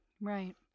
Right